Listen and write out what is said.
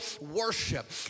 worship